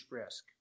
risk